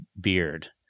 beard